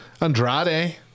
Andrade